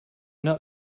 not